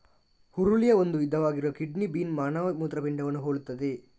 ಹುರುಳಿಯ ಒಂದು ವಿಧವಾಗಿರುವ kidney bean ಮಾನವ ಮೂತ್ರಪಿಂಡವನ್ನು ಹೋಲುತ್ತದೆ